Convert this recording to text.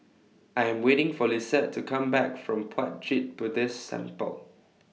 I Am waiting For Lisette to Come Back from Puat Jit Buddhist Temple